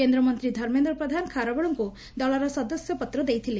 କେନ୍ଦ୍ରମନ୍ତୀ ଧର୍ମେନ୍ଦ୍ର ପ୍ରଧାନ ଖାରବେଳଙ୍କ ଦଳର ସଦସ୍ୟ ପତ୍ର ଦେଇଥିଲେ